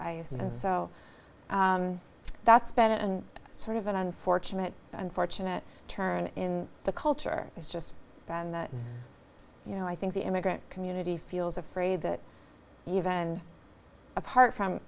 i and so that's been sort of an unfortunate unfortunate turn in the culture it's just been that you know i think the immigrant community feels afraid that even apart from